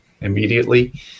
immediately